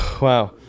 Wow